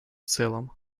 целом